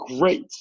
great